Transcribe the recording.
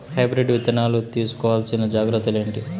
Hybrid విత్తనాలు తీసుకోవాల్సిన జాగ్రత్తలు ఏంటి?